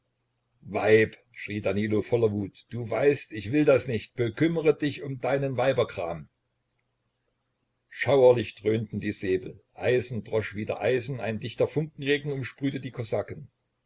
weib schrie danilo voller wut du weißt ich will das nicht bekümmre dich um deinen weiberkram schauerlich dröhnten die säbel eisen drosch wider eisen ein dichter funkenregen umsprühte die kosaken